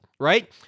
right